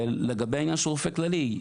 לגבי העניין של רופא כללי,